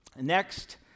Next